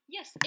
Yes